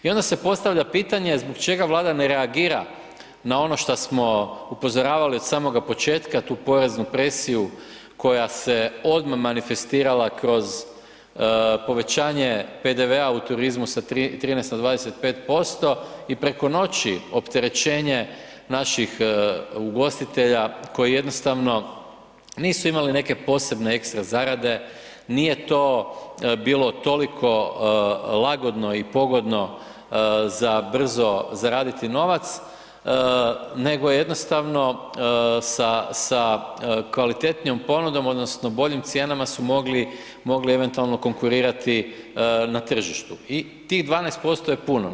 I onda se postavlja pitanje zbog čega Vlada ne reagira na ono šta smo upozoravali od samoga početka, tu poreznu presiju koja se odmah manifestirala kroz povećanje PDV-a u turizmu sa 13 na 25% i preko noći opterećenje naših ugostitelja koji jednostavno nisu imali neke posebne ekstra zarade, nije to bilo toliko lagodno i pogodno za brzo zaraditi novac, nego jednostavno sa kvalitetnijom ponudom odnosno boljim cijenama su mogli eventualno konkurirati na tržištu i tih 12% je puno.